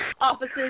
offices